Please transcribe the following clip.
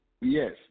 Yes